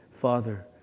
Father